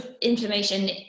inflammation